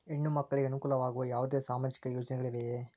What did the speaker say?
ಹೆಣ್ಣು ಮಕ್ಕಳಿಗೆ ಅನುಕೂಲವಾಗುವ ಯಾವುದೇ ಸಾಮಾಜಿಕ ಯೋಜನೆಗಳಿವೆಯೇ?